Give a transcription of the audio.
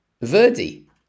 Verdi